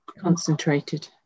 concentrated